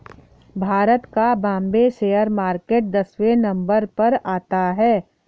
भारत का Bombay share market दसवें number पर आता है